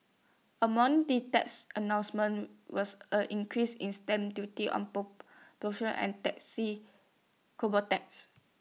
among the tax announcements was A increase in stamp duty on carbon tax